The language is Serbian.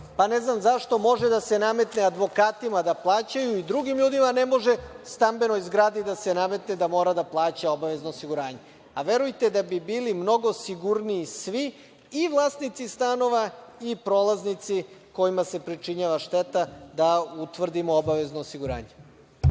Pa, ne znam zašto može da se nametne advokatima da plaćaju i drugim ljudima, a ne može stambenoj zgradi da se nametne da mora da plaća obavezno osiguranje? Verujte da bi bili mnogo sigurniji svi, i vlasnici stanova i prolaznici kojima se pričinjava šteta, da utvrdimo obavezno osiguranje.